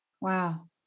Wow